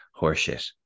horseshit